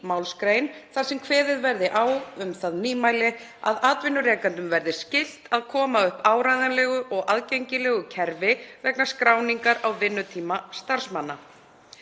málsgrein þar sem kveðið verði á um það nýmæli að atvinnurekendum verði skylt að koma upp áreiðanlegu og aðgengilegu kerfi vegna skráningar á vinnutíma starfsmanna.